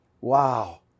Wow